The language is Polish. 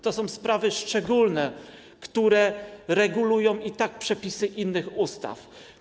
To są sprawy szczególne, które regulują i tak przepisy innych ustaw.